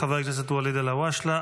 חבר הכנסת ואליד אלהואשלה.